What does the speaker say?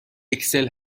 اکسل